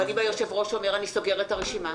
אבל אם היושב-ראש אומר: "אני סוגר את הרשימה"?